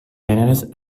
gèneres